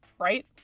right